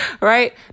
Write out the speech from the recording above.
Right